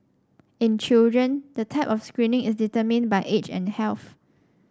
in children the type of screening is determined by age and health